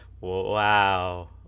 Wow